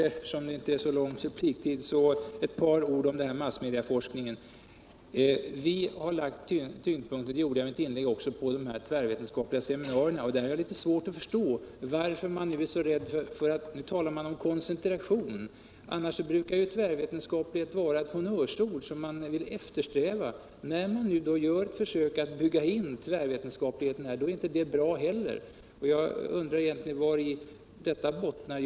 Eftersom det inte är så lång repliktid skall jag bara säga några ord om massmedicforskningen. Vi harlagt tyngdpunkten — det gjorde jag också i mitt inlägg — på de tvärvetenskapliga seminarierna. Jag har litet svårt att förstå varför man nu talar om koncentration. Annars brukar tvärvetenskaplighet vara ett honnörsord, beteckningen för något som man vill eftersträva. När det nu görs ett försök att bygga in tvärvetenskap är det inte heller bra. Jag undrar vari detta bottnar.